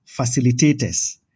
facilitators